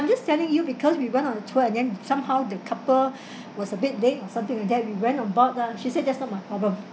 I'm just telling you because we went on tour and then somehow the couple was a bit late or something like that we went on board ah she said that is not my problem